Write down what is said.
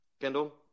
Kendall